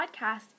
podcast